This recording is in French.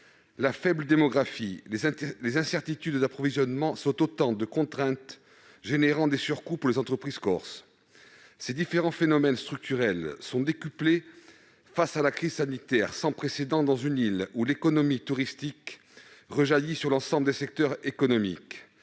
la faible démographie et les incertitudes d'approvisionnement sont autant de contraintes qui entraînent des surcoûts pour les entreprises corses. Ces différents phénomènes structurels sont décuplés par l'impact de la crise sanitaire, sans précédent, dans une île dont l'économie touristique rejaillit sur l'ensemble des secteurs économiques.